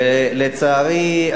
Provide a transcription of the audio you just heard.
לצערי,